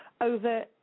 over